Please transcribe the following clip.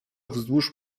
wzdłuż